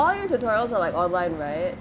all your tutorials are like online right